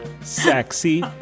sexy